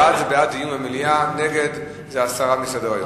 בעד זה בעד דיון במליאה, נגד זה הסרה מסדר-היום.